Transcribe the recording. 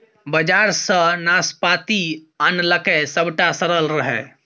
बजार सँ नाशपाती आनलकै सभटा सरल रहय